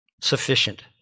Sufficient